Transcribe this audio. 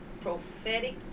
prophetic